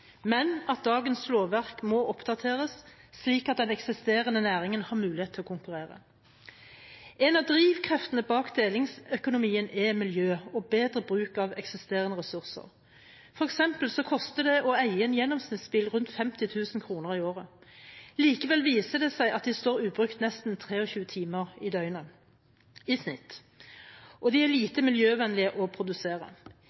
men at dagens regelverk må oppdateres, slik at den eksisterende næringen har mulighet til å konkurrere. En av drivkreftene bak delingsøkonomien er miljø og bedre bruk av eksisterende ressurser. For eksempel koster det å eie en gjennomsnittsbil rundt 50 000 kr i året. Likevel viser det seg at den står ubrukt nesten 23 timer i døgnet i snitt, og den er